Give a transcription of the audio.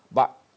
but